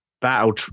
battle